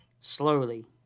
Slowly